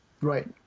Right